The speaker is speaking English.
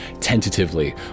tentatively